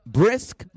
brisk